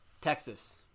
Texas